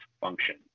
function